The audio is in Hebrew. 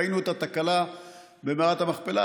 ראינו את התקלה במערת המכפלה,